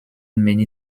many